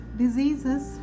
diseases